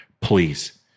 Please